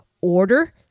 order